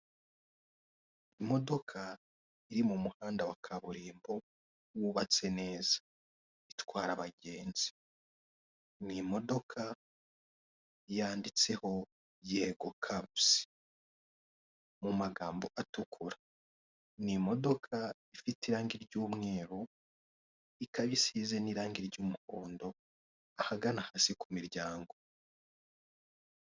Imodoka iri mu muhanda wa kababurimbo wubatse neza itwara abagenzi, ni imodoka yanditseho yego kabuzi mu magambo atukura, ni imodoka ifite irange ry'umweru ikaba isize n'irange ry'umuhondo ahagana hasi ku miryango.